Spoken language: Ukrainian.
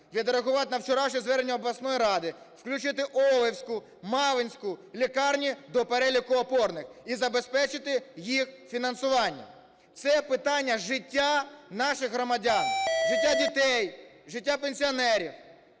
відреагувати на вчорашнє звернення обласної ради включити олевську, малинську лікарні до переліку опорних і забезпечити їх фінансування. Це питання життя наших громадян, життя дітей, життя пенсіонерів.